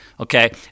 Okay